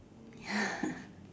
ya